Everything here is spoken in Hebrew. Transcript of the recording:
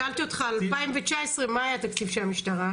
שאלתי אותך על 2019 מה היה התקציב של המשטרה?